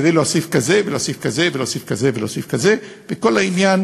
כדי להוסיף כזה ולהוסיף כזה ולהוסיף כזה ולהוסיף כזה,